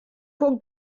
punkt